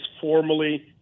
formally